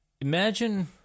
Imagine